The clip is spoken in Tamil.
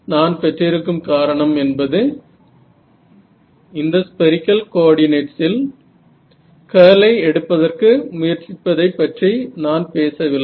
நான் பெற்றிருக்கும் காரணம் என்பது இந்த ஸ்பெரிக்கல் கோஆர்டிநேட்ஸ் இல் கர்லை எடுப்பதற்கு முயற்சிப்பதை பற்றி நான் பேசவில்லை